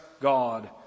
God